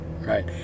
right